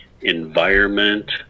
environment